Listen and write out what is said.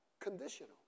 conditional